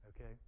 Okay